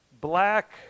black